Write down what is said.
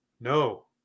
No